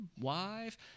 wife